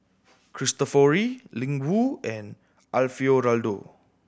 Cristofori Ling Wu and Alfio Raldo